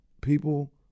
people